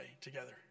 together